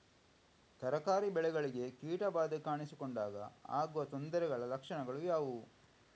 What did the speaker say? ತರಕಾರಿ ಬೆಳೆಗಳಿಗೆ ಕೀಟ ಬಾಧೆ ಕಾಣಿಸಿಕೊಂಡಾಗ ಆಗುವ ತೊಂದರೆಗಳ ಲಕ್ಷಣಗಳು ಯಾವುವು?